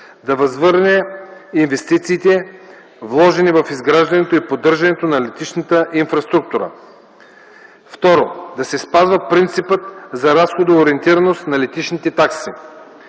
да възвърне инвестициите, вложени в изграждането и поддържането на летищната инфраструктура. 2. Да се спази принципът за разходоориентираност на летищните такси.